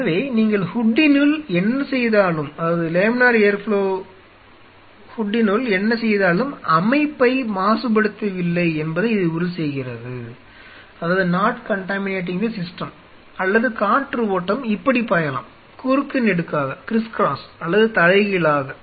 எனவே நீங்கள் ஹூட்டினுள் என்ன செய்தாலும் அமைப்பை மாசுபடுத்தவில்லை என்பதை இது உறுதி செய்கிறது அல்லது காற்று ஓட்டம் இப்படி பாயலாம் குறுக்கு நெடுக்காக அல்லது தலைகீழாக